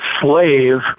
slave